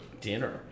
dinner